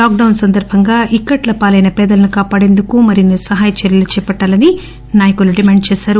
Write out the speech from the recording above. lockdown సందర్భంగా ఇక్కట్ల పాలైన పేదలను కాపాడేందుకు మరిన్ని సహాయ చర్యలు చేపట్టాలని ఈ నాయకులు డిమాండ్ చేశారు